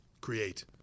create